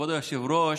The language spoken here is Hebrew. כבוד היושב-ראש,